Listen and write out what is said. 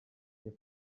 njye